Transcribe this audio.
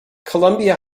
columbia